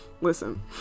Listen